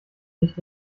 nicht